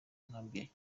nkambi